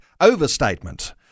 overstatement